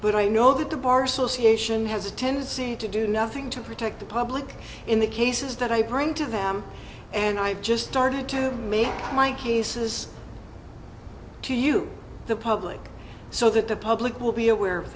but i know that the bar association has a tendency to do nothing to protect the public in the cases that i bring to them and i just started to my case is to you the public so that the public will be aware of